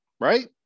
right